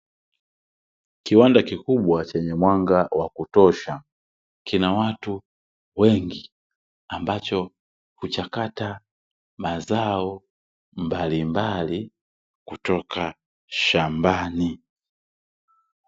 Kiwanda kikubwa chenye mwanga wa kutosha kina watu wengi ambacho huchakata mazao mbalimbali kutoka shambani.